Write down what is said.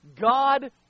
God